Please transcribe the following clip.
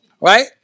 right